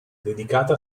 dedicata